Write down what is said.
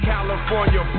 California